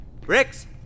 Bricks